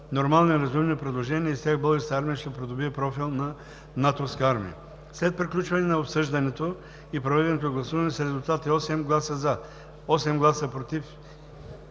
нормални и разумни предложения и с тях Българската армия ще придобие профил на натовска армия. След приключване на обсъждането и проведеното гласуване с резултати: 8 гласа „за“,